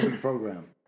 program